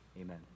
Amen